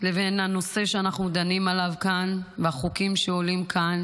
לבין הנושא שאנחנו דנים עליו כאן והחוקים שעולים כאן.